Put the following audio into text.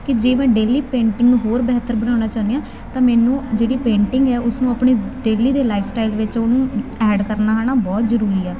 ਕਿ ਜੇ ਮੈਂ ਡੇਲੀ ਪੇਂਟਿੰਗ ਨੂੰ ਹੋਰ ਬਿਹਤਰ ਬਣਾਉਣਾ ਚਾਹੁੰਦੀ ਹਾਂ ਤਾਂ ਮੈਨੂੰ ਜਿਹੜੀ ਪੇਂਟਿੰਗ ਹੈ ਉਸ ਨੂੰ ਆਪਣੀ ਡੇਲੀ ਦੇ ਲਾਈਫ ਸਟਾਈਲ ਵਿੱਚ ਉਹਨੂੰ ਐਡ ਕਰਨਾ ਹੈ ਨਾ ਬਹੁਤ ਜ਼ਰੂਰੀ ਆ